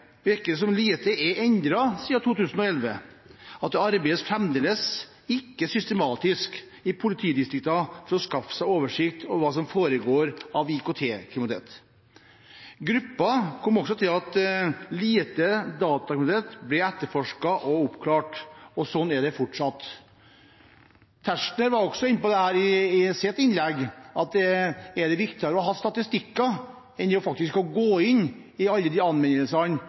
virker det som om lite er endret siden 2011, at det fremdeles ikke arbeides systematisk i politidistriktene for å skaffe seg oversikt over hva som foregår av IKT-kriminalitet. Gruppen kom også til at lite datakriminalitet blir etterforsket og oppklart, og sånn er det fortsatt. Representanten Tetzschner var også inne på dette i sitt innlegg, om det er viktigere å ha statistikker enn det er faktisk å gå inn i alle de